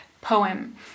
poem